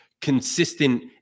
consistent